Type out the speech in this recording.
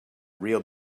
real